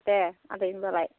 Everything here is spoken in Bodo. दे आदै होनबालाय